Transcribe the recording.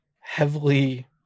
heavily